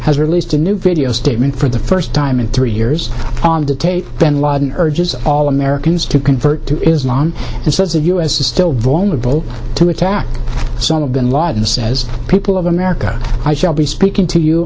has released a new video statement for the first time in three years on the tape ben laden urges all americans to convert to islam and says the u s is still vulnerable to attack so in a bin ladin says people of america i shall be speaking to you